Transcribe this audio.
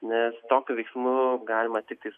nes tokiu veiksmu galima tiktais